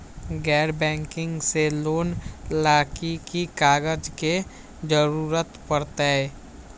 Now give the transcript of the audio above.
गैर बैंकिंग से लोन ला की की कागज के जरूरत पड़तै?